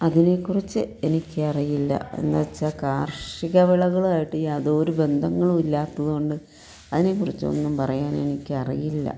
അതിനെക്കുറിച്ച് എനിക്ക് അറിയില്ല എന്നു വച്ചാൽ കാർഷിക വിളകളായിട്ട് യാതൊരു ബന്ധങ്ങളും ഇല്ലാത്തത് കൊണ്ട് അതിനെക്കുറിച്ചു ഒന്നും പറയാൻ എനിക്ക് അറിയില്ല